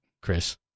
Chris